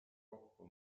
kokku